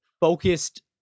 focused